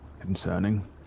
Concerning